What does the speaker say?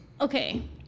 okay